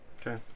okay